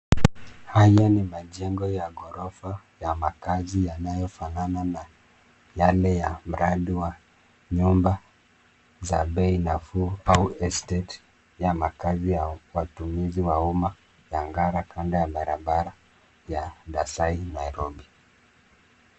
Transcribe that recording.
Haya ni majengo ya ghorofa ya makazi yanayofanana na yale ya mradi wa nyumba za bei nafuu au estate ya makazi ya watumizi wa umma ya Ngara kando ya barabara ya Dasai Nairobi.